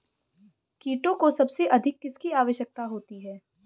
कीटों को सबसे अधिक किसकी आवश्यकता होती है?